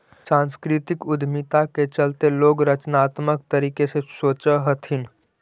सांस्कृतिक उद्यमिता के चलते लोग रचनात्मक तरीके से सोचअ हथीन